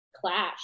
Clash